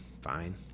fine